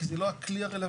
כי זה לא הכלי הרלוונטי.